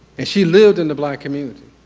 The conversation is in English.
and she lived in the black community,